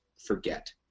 forget